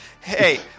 hey